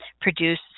produce